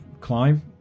climb